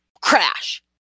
Crash